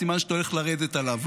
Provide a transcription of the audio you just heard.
סימן שאתה הולך לרדת עליו,